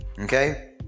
okay